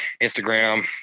Instagram